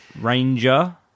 Ranger